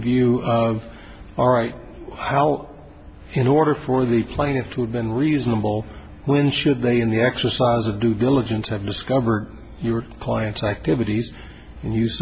view of all right how in order for the plaintiff to have been reasonable when should they in the exercise of due diligence have discovered your client's activities and use